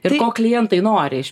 ir ko klientai nori iš